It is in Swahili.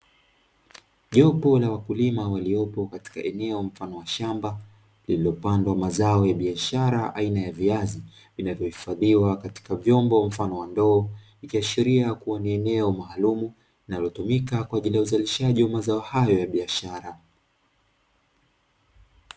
Jopo la wakulima waliopo katika eneo mfano wa shamba, lililopandwa mazao ya biashara aina ya viazi, vinavyohifadhiwa katika vyombo mfano wa ndoo. Ikiashiria kuwa ni eneo maalumu linalotumika kwa ajili ya uzalishaji wa mazao hayo ya biashara.